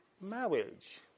Marriage